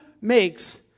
makes